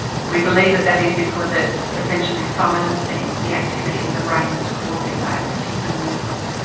we believe that that is because it's essentially silencing the activity in the brain that's causing that particular movement.